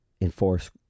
enforce